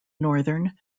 northern